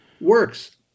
works